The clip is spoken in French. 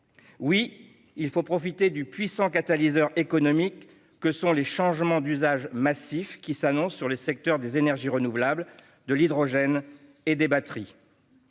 Oui, il faut profiter du puissant catalyseur économique que sont les changements d'usage massifs qui s'annoncent dans les secteurs des énergies renouvelables, de l'hydrogène et des batteries.